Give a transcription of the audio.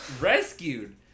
rescued